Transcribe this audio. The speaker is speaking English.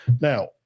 Now